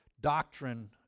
doctrine